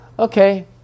Okay